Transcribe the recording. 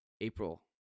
April